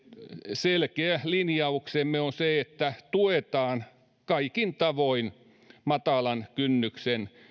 selkeä linjauksemme on se että tuetaan kaikin tavoin matalan kynnyksen